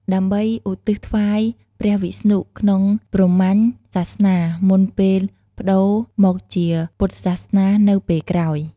ដើម្បីឧទ្ទិសថ្វាយព្រះវិស្ណុក្នុងព្រហ្មញ្ញសាសនា មុនពេលប្តូរមកជាពុទ្ធសាសនានៅពេលក្រោយ។